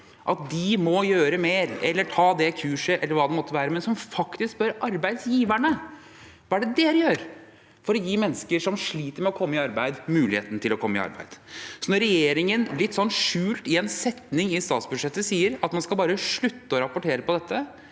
ta det kurset – eller hva det måtte være – men som faktisk spør arbeidsgiverne: Hva er det dere gjør for å gi mennesker som sliter med å komme i arbeid, muligheten til å komme i arbeid? Når regjeringen, litt skjult i en setning i statsbudsjettet, sier at man skal slutte å rapportere på dette,